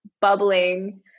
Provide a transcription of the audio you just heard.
bubbling